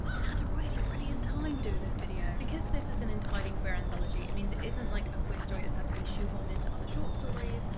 had a really brilliant time doing this video. because this is an entirely queer anthology, it means it isn't like a queer story that's had to be shoehorned into other short stories,